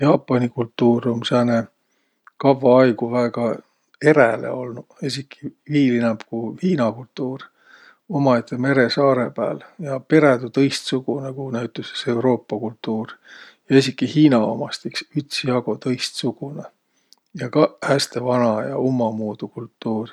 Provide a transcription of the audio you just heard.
Jaapani kultuur um sääne kavva aigo väega eräle olnuq. Esiki viil inämb, ku Hiina kultuur. Umaette meresaarõ pääl ja perädü tõistsugunõ, ku näütüses Euruupa kultuur ja esiki Hiina umast iks ütsjago tõistsugunõ ja kaq häste vana ja ummamuudu kultuur.